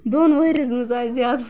دۄن ؤرۍ ین منزآیہ زیادٕ وٕہ